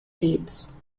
seeds